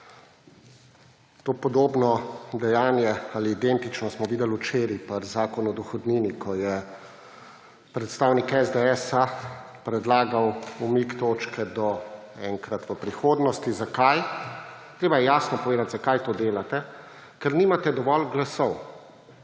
To podobne dejanje ali identično smo videli včeraj pri Zakonu o dohodnini, ko je predstavnik SDS predlagal umik točke do enkrat v prihodnosti. Zakaj? Treba je jasno povedati, zakaj to delate. Ker nimate dovolj glasov